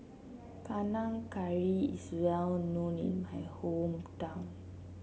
Panang Curry is well known in my hometown